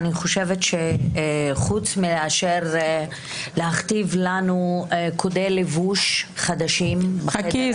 אני חושבת שחוץ מאשר להכתיב לנו קודי לבוש חדשים --- חכי,